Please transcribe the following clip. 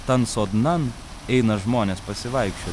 tan sodnan eina žmonės pasivaikščioti